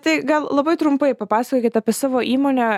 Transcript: tai gal labai trumpai papasakokit apie savo įmonę